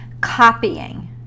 copying